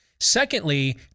Secondly